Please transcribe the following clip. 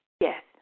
Yes